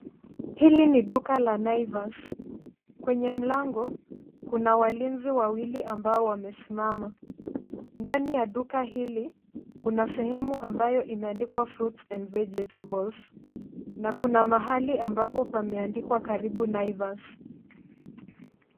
Hili ni duka la Naivas. Kwenye mlango, kuna walinzi wawili ambao wamesimama. Ndani ya duka hili, kuna sehemu ambayo imeandikwa fruits and vegetables na kuna mahali ambapo pameandikwa Karibu Naivas.